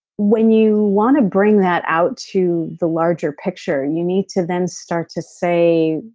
when you want to bring that out to the larger picture, you need to then start to say,